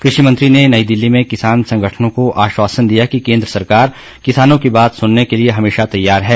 कृषि मंत्री ने नई दिल्ली में किसान संगठनों को आश्वासन दिया कि केन्द्र सरकार किसानों की बात सुनने के लिए हमेशा तैयार हैं